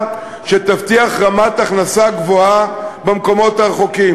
שתבטיח רמת הכנסה גבוהה במקומות הרחוקים.